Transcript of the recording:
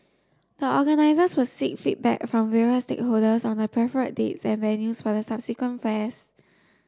the organisers will seek feedback from various stakeholders on the preferred dates and venues for the subsequent fairs